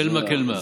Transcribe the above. כלמה-כלמה.